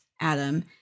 Adam –